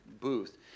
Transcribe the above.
booth